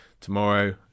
tomorrow